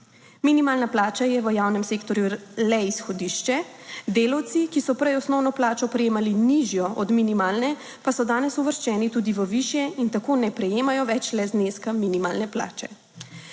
Minimalna plača je v javnem sektorju le izhodišče, delavci, ki so prej osnovno plačo prejemali nižjo od minimalne, pa so danes uvrščeni tudi v višje in tako ne prejemajo več le zneska minimalne plače.